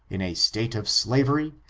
in a state of slavery,